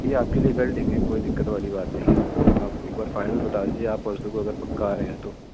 جی آپ کے لیے کر لیں گے کوئی دقت والی بات نہیں ہے آپ ایک بار فائنل بتا دیجیے آپ پرسوں کو اگر پکا آ رہے ہیں تو